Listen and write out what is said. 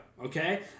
Okay